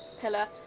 pillar